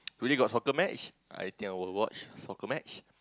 today got soccer match I think I will watch soccer match